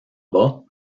bas